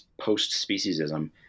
post-speciesism